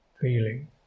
feeling